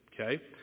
Okay